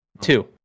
Two